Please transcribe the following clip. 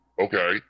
Okay